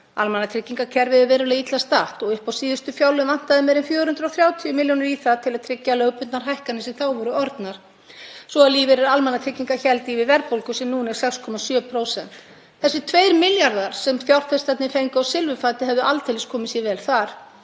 Almannatryggingakerfið er verulega illa statt og upp á síðustu fjárlög vantaði meira en 430 milljónir í það til að tryggja lögbundnar hækkanir sem þá voru orðnar svo lífeyrir almannatrygginga héldi í við verðbólgu sem núna er 6,7%. Þessir 2 milljarðar, sem fjárfestarnir fengu á silfurfati, hefðu aldeilis komið sér vel þar,